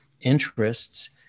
interests